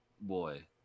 boy